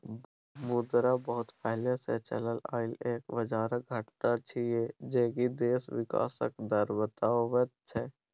मुद्रा बहुत पहले से चलल आइल एक बजारक घटना छिएय जे की देशक विकासक दर बताबैत छै